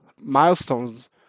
milestones